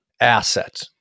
asset